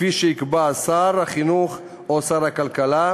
כפי שיקבע שר החינוך או שר הכלכלה.